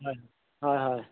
হয় হয় হয়